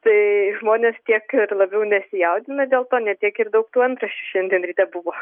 tai žmonės tiek ir labiau nesijaudina dėl to ne tiek ir daug ir tų antraščių šiandien ryte buvo